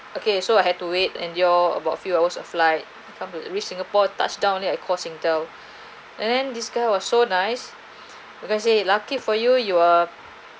okay so I had to wait endure about few hours of flight come to reach singapore touchdown only it call Singtel and then this guy was so nice because say it lucky for you you are